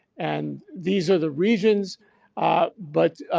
and these are the regions but